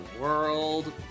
world